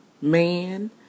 man